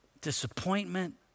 disappointment